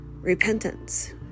repentance